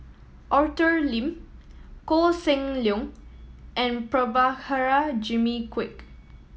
Arthur Lim Koh Seng Leong and Prabhakara Jimmy Quek